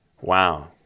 Wow